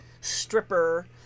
stripper